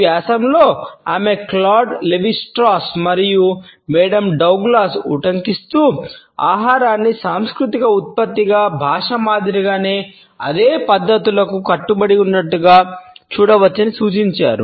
ఈ వ్యాసంలో ఆమె క్లాడ్ లెవి స్ట్రాస్ మరియు మేరీ డగ్లస్లను ఉటంకిస్తూ ఆహారాన్ని సాంస్కృతిక ఉత్పత్తిగా భాష మాదిరిగానే అదే పద్ధతులకు కట్టుబడి ఉన్నట్లు చూడవచ్చని సూచించారు